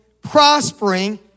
prospering